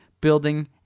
building